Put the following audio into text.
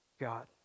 God